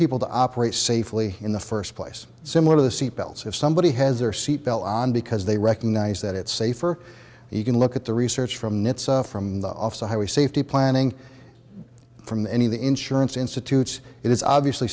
people to operate safely in the first place similar to the seat belts if somebody has their seat belt on because they recognize that it's safer and you can look at the research from from the officer who was safety planning from any of the insurance institute it is obviously